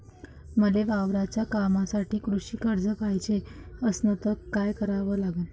मले वावराच्या कामासाठी कृषी कर्ज पायजे असनं त काय कराव लागन?